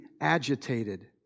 agitated